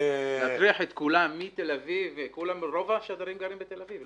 להטריח את כולם מתל אביב רוב השדרים גרים בתל אביב.